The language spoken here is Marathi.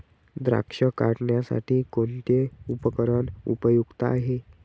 द्राक्ष काढणीसाठी कोणते उपकरण उपयुक्त आहे?